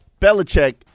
Belichick